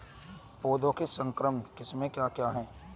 पौधों की संकर किस्में क्या क्या हैं?